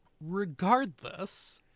regardless